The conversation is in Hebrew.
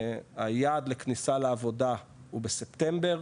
היעד לכניסה לעבודה הוא בספטמבר,